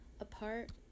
Apart